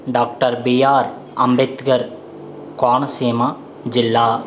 doctor B R Ambedkar Konaseema జిల్లా